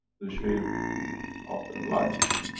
the shape of the lights,